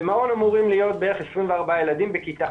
במעון אמורים להיות בערך 24 ילדים בכיתה.